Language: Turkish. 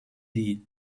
değil